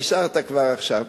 נשארת כבר עכשיו,